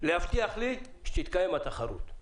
להבטיח לי שתתקיים התחרות.